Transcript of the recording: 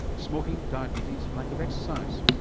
smoking, diabetes and lack of exercise.